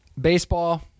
baseball